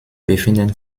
befinden